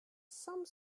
some